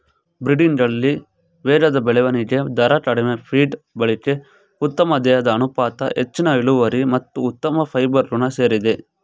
ಬ್ರೀಡಿಂಗಲ್ಲಿ ವೇಗದ ಬೆಳವಣಿಗೆ ದರ ಕಡಿಮೆ ಫೀಡ್ ಬಳಕೆ ಉತ್ತಮ ದೇಹದ ಅನುಪಾತ ಹೆಚ್ಚಿನ ಇಳುವರಿ ಮತ್ತು ಉತ್ತಮ ಫೈಬರ್ ಗುಣ ಸೇರಿದೆ